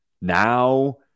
now